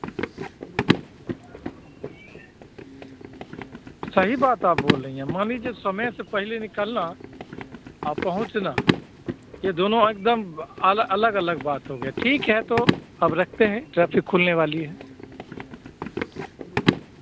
सही बात आप बोल रही हैं मान लीजिए समय से पहले निकलना और पहुँचना यह दोनों एक दम अलग अलग बात हो गया ठीक है तो अब रखते हैं ट्रैफिक खुलने वाली है